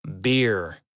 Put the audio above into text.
Beer